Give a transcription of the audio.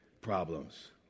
problems